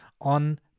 on